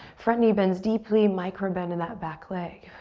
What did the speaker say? front knee bends deeply, micro bend in that back leg.